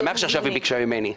אני שמח שעכשיו היא ביקשה ממני.